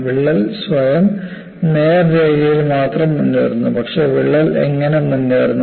വിള്ളൽ സ്വയം നേർരേഖയിൽ മാത്രം മുന്നേറുന്നു പക്ഷേ വിള്ളൽ എങ്ങനെ മുന്നേറുന്നു